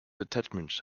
attachment